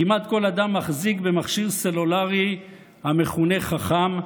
כמעט כל אדם מחזיק במכשיר סלולרי המכונה "חכם",